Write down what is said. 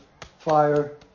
fire